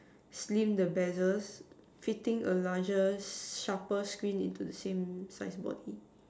slim the bezel fitting a larger sharper screen into the same size body